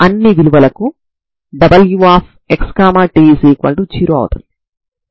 కాబట్టి ఇది ఏమైనప్పటికీ మీరు వేర్వేరు సమస్యలను కలిగి ఉండవచ్చు